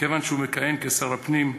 כיוון שהוא מכהן כשר הפנים,